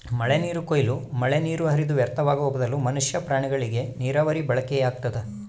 ಮಳೆನೀರು ಕೊಯ್ಲು ಮಳೆನೀರು ಹರಿದು ವ್ಯರ್ಥವಾಗುವ ಬದಲು ಮನುಷ್ಯ ಪ್ರಾಣಿಗಳಿಗೆ ನೀರಾವರಿಗೆ ಬಳಕೆಯಾಗ್ತದ